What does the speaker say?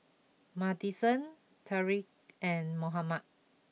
Madisen Tariq and Mohammad